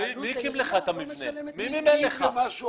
מי הקים, אני יודע.